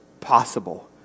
possible